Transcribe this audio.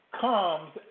comes